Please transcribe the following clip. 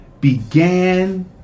began